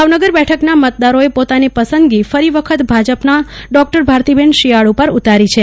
ભાવનગર બેઠકના મતદારોએ પોતાની પસંદગી ફરી વખત ભાજપના ડોક્ટર ભારતીબેન શિયાળ ઉપર ઉતારી છે